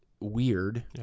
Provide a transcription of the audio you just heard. weird